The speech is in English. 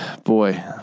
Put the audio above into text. Boy